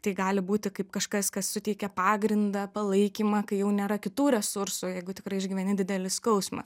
tai gali būti kaip kažkas kas suteikia pagrindą palaikymą kai jau nėra kitų resursų jeigu tikrai išgyveni didelį skausmą